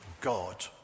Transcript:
God